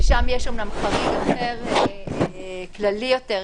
ששם יש אומנם חריג אחר כללי יותר,